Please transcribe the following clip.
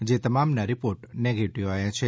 જે તમામના report negative આવ્યા છે